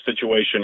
situation